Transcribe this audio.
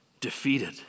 defeated